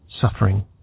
Suffering